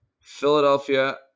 Philadelphia